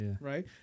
right